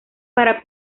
para